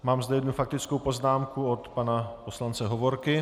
Mám zde jednu faktickou poznámku od pana poslance Hovorky.